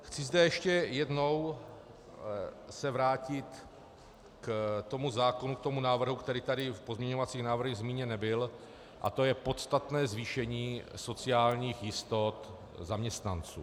Chci se zde ještě jednou vrátit k tomu zákonu, k návrhu, který tady v pozměňovacích návrzích zmíněn nebyl, a to je podstatné zvýšení sociálních jistot zaměstnanců.